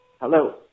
Hello